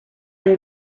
une